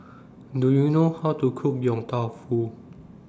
Do YOU know How to Cook Yong Tau Foo